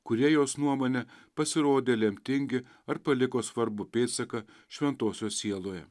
kurie jos nuomone pasirodė lemtingi ar paliko svarbų pėdsaką šventosios sieloje